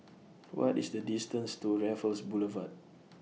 What IS The distance to Raffles Boulevard